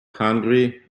hungry